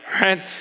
Right